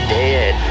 dead